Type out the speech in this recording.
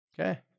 Okay